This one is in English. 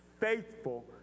faithful